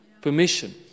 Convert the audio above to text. permission